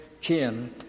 kin